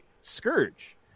scourge